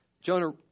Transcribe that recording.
Jonah